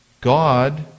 God